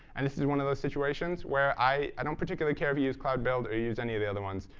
and this is one of those situations where i don't particularly care if you use cloud build or you use any of the other ones.